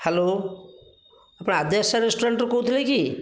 hello ଆପଣ ଆଦ୍ୟାଶା ରେଷ୍ଟୁରାଣ୍ଟରୁ କହୁଥିଲେ କି